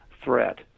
threat